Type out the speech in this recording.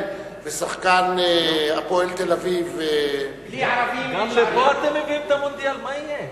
ושחקן "הפועל תל-אביב" בלי ערבים אין שערים.